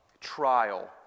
trial